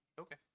Okay